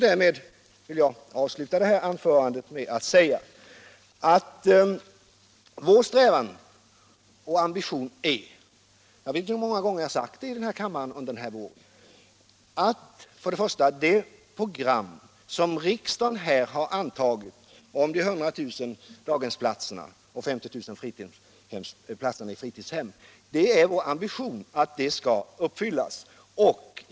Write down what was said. Det här anförandet vill jag avsluta med att säga — jag vet inte hur många gånger jag har sagt det i kammaren under våren — att vår strävan och ambition är att det program som riksdagen har antagit om de 100 000 daghemsplatserna och de 50 000 platserna i fritidshem, det skall uppfyllas.